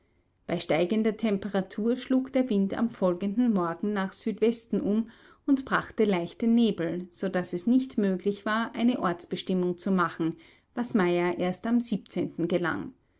bei steigender temperatur schlug der wind am folgenden morgen nach südwesten um und brachte leichte nebel so daß es nicht möglich war eine ortsbestimmung zu machen was meyer erst am gelang